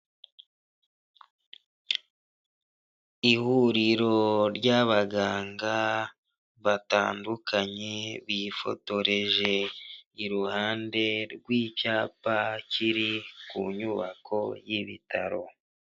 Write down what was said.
Ihuriro ry'abaganga batandukanye bifotoreje iruhande rw'icyapa kiri ku nyubako y'ibitaro.